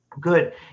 Good